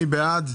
מי בעד?